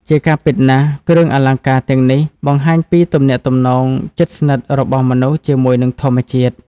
ជាការពិតណាស់ គ្រឿងអលង្ការទាំងនេះបង្ហាញពីទំនាក់ទំនងជិតស្និទ្ធរបស់មនុស្សជាមួយនឹងធម្មជាតិ។